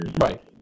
Right